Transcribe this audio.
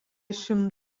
šios